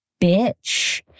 bitch